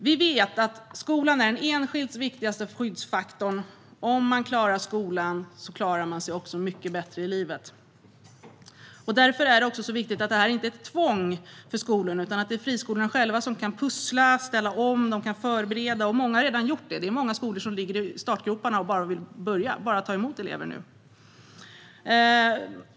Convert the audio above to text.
Vi vet att skolan är den enskilt viktigaste skyddsfaktorn - om man klarar skolan klarar man sig också mycket bättre i livet. Därför är det också viktigt att detta inte är något tvång för skolorna, utan att friskolorna själva kan pussla, ställa om och förbereda. Många har redan gjort det - många skolor ligger i startgroparna och vill bara börja att ta emot elever.